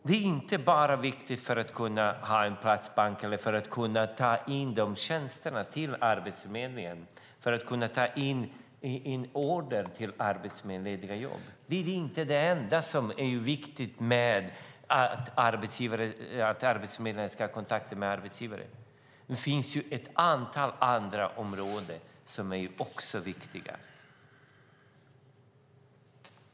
Det är inte bara viktigt för att kunna ha en platsbank, för att kunna ta in de tjänsterna till Arbetsförmedlingen eller för att kunna ta in upplysningar till Arbetsförmedlingen om lediga jobb. Det är inte det enda som är viktigt med att arbetsförmedlaren ska ha kontakter med arbetsgivare. Det finns ett antal andra områden som också är viktiga.